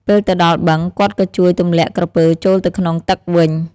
ពេលទៅដល់បឹង គាត់ក៏ជួយទម្លាក់ក្រពើចូលទៅក្នុងទឹកវិញ។